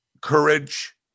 courage